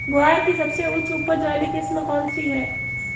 ग्वार की सबसे उच्च उपज वाली किस्म कौनसी है?